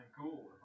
cool